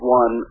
one